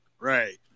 Right